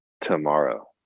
tomorrow